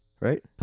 Right